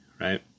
Right